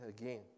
again